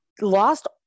lost